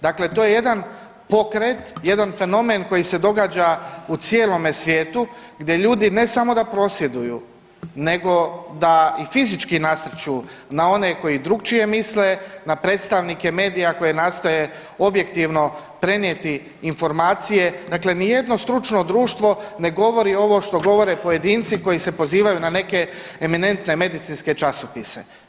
Dakle to je jedan pokret, jedan fenomen koji se događa u cijelome svijetu, gdje ljudi, ne samo da prosvjeduju, nego da i fizički nasrću na one koji drukčije misle, na predstavnike medija koji nastoje objektivno prenijeti informacije, dakle nijedno stručno društvo ne govori ovo što govore pojedinci koji se pozivaju na neke eminentne medicinske časopise.